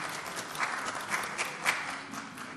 (מחיאות כפיים)